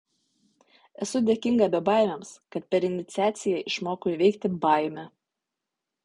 esu dėkinga bebaimiams kad per iniciaciją išmokau įveikti baimę